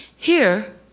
here,